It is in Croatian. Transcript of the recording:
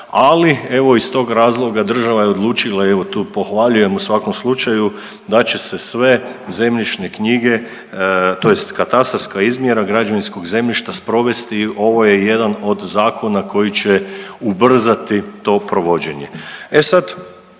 Ali evo iz tog razloga država je odlučila evo i tu pohvaljujem u svakom slučaju da će se sve zemljišne knjige tj. katastarska izmjera građevinskog zemljišta sprovesti. Ovo je jedan od zakona koji će ubrzati to provođenje. E sad,